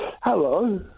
Hello